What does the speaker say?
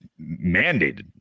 mandated